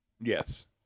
Yes